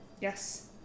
Yes